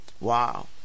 Wow